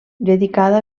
dedicada